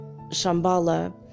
Shambhala